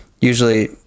usually